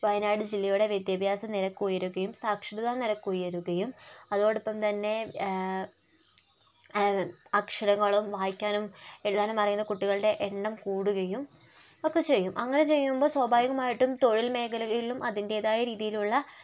വയനാട് ജില്ലയുടെ വിദ്യാഭ്യാസ നിരക്കുയരുകയും സാക്ഷരതാ നിരക്കുയരുകയും അതോടൊപ്പം തന്നെ അക്ഷരങ്ങള് വായിക്കാനും എഴുതാനും അറിയുന്ന കുട്ടികളുടെ എണ്ണം കൂടുകയും